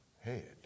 head